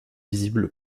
visible